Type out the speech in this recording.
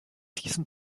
diesem